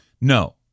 No